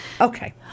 Okay